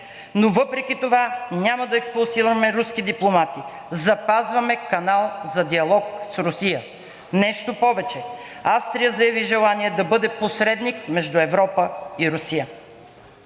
но въпреки това няма да експулсираме руски дипломати. Запазваме канал за диалог с Русия.“ Нещо повече. Австрия заяви желание да бъде посредник между Европа и Русия.